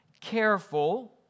careful